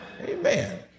Amen